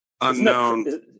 unknown